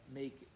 make